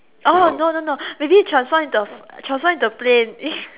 no no no maybe transform into a transform into a plane